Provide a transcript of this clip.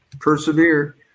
persevere